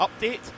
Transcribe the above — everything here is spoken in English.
update